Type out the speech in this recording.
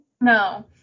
No